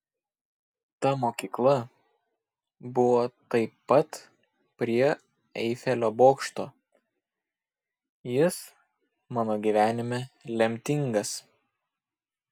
ta mokykla buvo taip pat prie eifelio bokšto jis mano gyvenime lemtingas